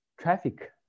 traffic